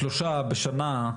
שלושה בשנה,